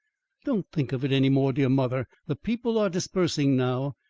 don't think of it any more, dear mother. the people are dispersing now,